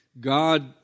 God